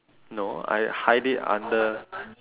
no I hide it under